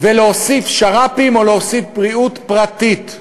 ולהוסיף שר"פים או להוסיף בריאות פרטית.